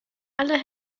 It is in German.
alle